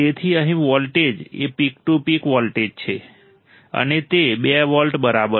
તેથી અહીં વોલ્ટેજ એ પીક ટુ પીક વોલ્ટેજ છે અને તે 2 વોલ્ટ બરાબર છે